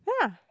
yeah